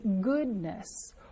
goodness